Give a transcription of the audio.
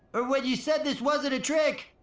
or when you said this wasn't a trick,